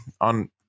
on